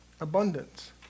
Abundance